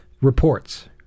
reports